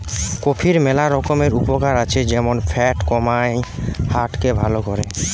কফির ম্যালা রকমের উপকার আছে যেমন ফ্যাট কমায়, হার্ট কে ভাল করে